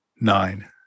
Nine